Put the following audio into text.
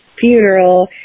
funeral